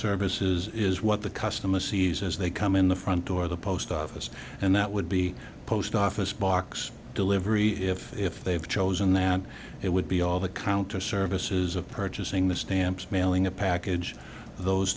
services is what the customer sees as they come in the front door the post office and that would be post office box delivery if if they've chosen that it would be all the counter services of purchasing the stamps mailing a package those